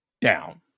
down